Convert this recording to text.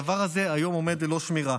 הדבר הזה עומד היום ללא שמירה.